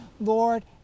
Lord